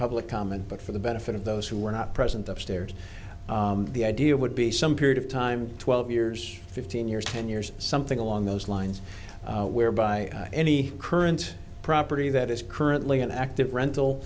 public comment but for the benefit of those who were not present upstairs the idea would be some period of time twelve years fifteen years ten years something along those lines whereby any current property that is currently an active rental